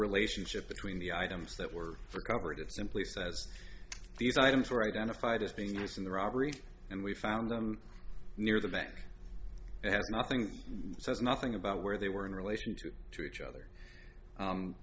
relationship between the items that were recovered it simply says these items were identified as being used in the robbery and we found them near the back and has nothing says nothing about where they were in relation to to each other